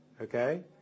okay